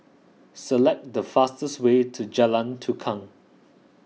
select the fastest way to Jalan Tukang